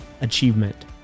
achievement